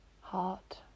heart